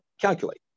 calculate